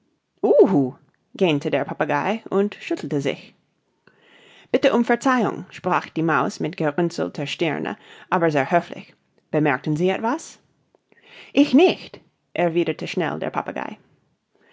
gähnte der papagei und schüttelte sich bitte um verzeihung sprach die maus mit gerunzelter stirne aber sehr höflich bemerkten sie etwas ich nicht erwiederte schnell der papagei